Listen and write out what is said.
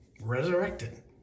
resurrected